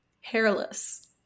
hairless